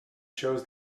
shows